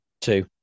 Two